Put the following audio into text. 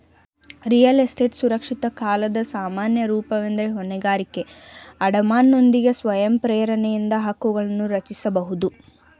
real estate ಸುರಕ್ಷಿತ ಕಾಲದ ಸಾಮಾನ್ಯ ರೂಪವೆಂದ್ರೆ ಹೊಣೆಗಾರಿಕೆ ಅಡಮಾನನೊಂದಿಗೆ ಸ್ವಯಂ ಪ್ರೇರಣೆಯಿಂದ ಹಕ್ಕುಗಳನ್ನರಚಿಸಬಹುದು